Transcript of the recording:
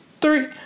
three